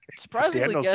surprisingly